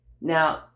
Now